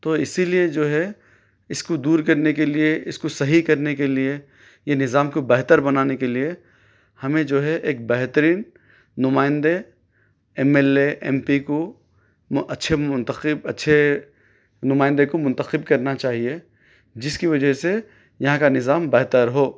تو اِسی لیے جو ہے اِس کو دور کرنے کے لیے اِس کو صحیح کرنے کے لیے یہ نظام کو بہتر بنانے کے لیے ہمیں جو ہے ایک بہترین نمائندے M L A M P کو اچھے منتخب اچھے نمائندے کو منتخب کرنا چاہیے جس کی وجہ سے یہاں کا نظام بہتر ہو